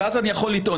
אז אני יכול לטעון.